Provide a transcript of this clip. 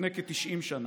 לפני כ-90 שנה.